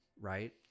right